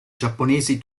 giapponesi